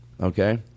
Okay